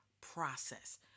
process